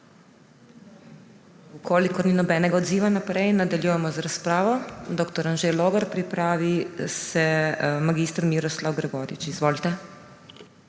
HOT: Če ni nobenega odziva naprej, nadaljujemo z razpravo. Dr. Anže Logar, pripravi se mag. Miroslav Gregorič. Izvolite.